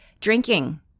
drinking